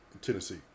Tennessee